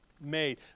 made